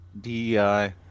DEI